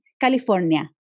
California